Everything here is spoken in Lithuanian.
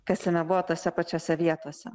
kas jame buvo tose pačiose vietose